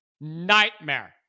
Nightmare